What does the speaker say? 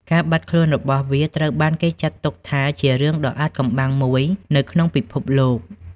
ការបាត់ខ្លួនរបស់វាត្រូវបានគេចាត់ទុកថាជារឿងដ៏អាថ៌កំបាំងមួយនៅក្នុងពិភពលោក។